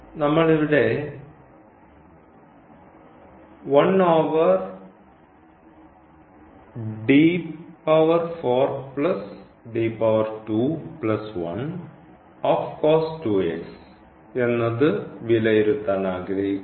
നമ്മൾ ഇവിടെ എന്നത് വിലയിരുത്താൻ ആഗ്രഹിക്കുന്നു